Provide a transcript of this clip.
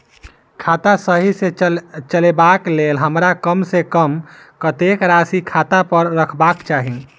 खाता सही सँ चलेबाक लेल हमरा कम सँ कम कतेक राशि खाता पर रखबाक चाहि?